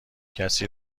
کسی